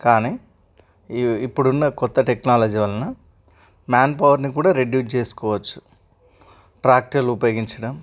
కానీ ఈ ఇప్పుడున్న కొత్త టెక్నాలజీ వలన మ్యాన్ పవర్ని కూడా రెడ్యూస్ చేసుకోవచ్చు ట్రాక్టర్లు ఉపయోగించడం